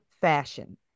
fashion